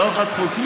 לא חתכו כלום.